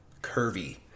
curvy